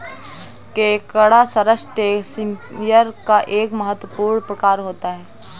केकड़ा करसटेशिंयस का एक महत्वपूर्ण प्रकार होता है